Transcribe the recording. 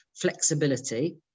flexibility